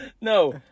No